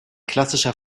klassischer